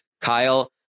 Kyle